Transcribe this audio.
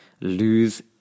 lose